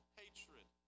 hatred